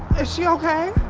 is she okay?